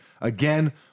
Again